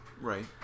Right